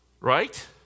Right